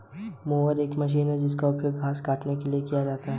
mower एक machine है जिसका उपयोग घास काटने के लिए किया जाता है